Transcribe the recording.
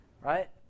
right